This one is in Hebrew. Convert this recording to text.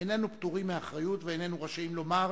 איננו פטורים מאחריות ואיננו רשאים לומר: